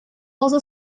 also